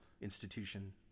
institution